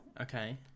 okay